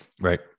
Right